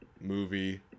movie